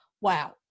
Wow